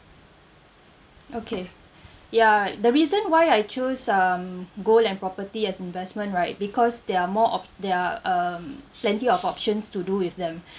okay ya the reason why I choose um gold and property as investment right because there are more of there are um plenty of options to do with them